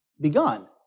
begun